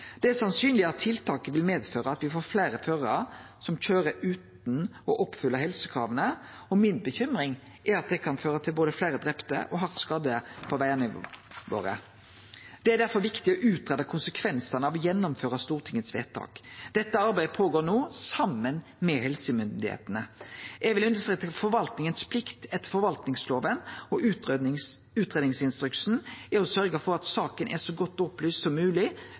Det er sannsynleg at tiltaket vil medføre at vi får fleire førarar som køyrer utan å oppfylle helsekrava, og bekymringa mi er at det kan føre til fleire drepne og hardt skadde på vegane våre. Det er derfor viktig å greie ut konsekvensane av å gjennomføre Stortingets vedtak. Dette arbeidet blir gjennomført no saman med helsemyndigheitene. Eg vil understreke forvaltningas plikt etter forvaltningsloven, og utgreiingsinstruksen er å sørgje for at saka er så godt opplyst som